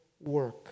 work